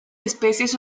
especies